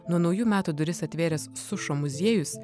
nuo naujų metų duris atvėręs sušo muziejus